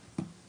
הקו?